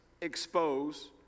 expose